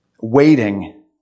Waiting